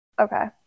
Okay